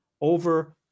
over